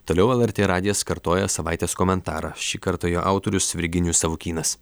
toliau lrt radijas kartoja savaitės komentarą šį kartą jo autorius virginijus savukynas